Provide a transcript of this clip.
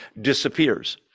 disappears